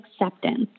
acceptance